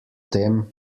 tem